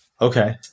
Okay